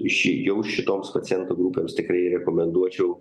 į šį jau šitoms pacientų grupėms tikrai rekomenduočiau